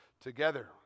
together